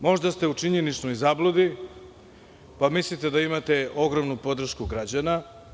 Možda ste u činjeničnoj zabludi, pa mislite da imate ogromnu podršku građana.